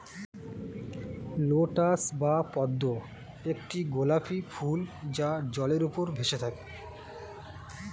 lotus বা পদ্ম একটি গোলাপী ফুল যা জলের উপর ভেসে থাকে